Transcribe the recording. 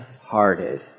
hearted